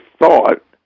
thought